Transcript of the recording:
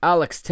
Alex